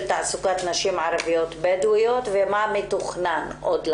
תעסוקת נשים ערביות בדואיות ומה מתוכנן עוד להיעשות.